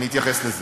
אני אתייחס לזה.